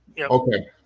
Okay